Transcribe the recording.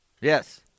Yes